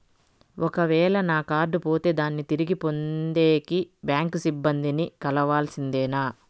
ఒక వేల నా కార్డు పోతే దాన్ని తిరిగి పొందేకి, బ్యాంకు సిబ్బంది ని కలవాల్సిందేనా?